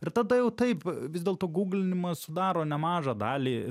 ir tada jau taip vis dėlto gūglinimas sudaro nemažą dalį